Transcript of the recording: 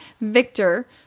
victor